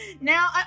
now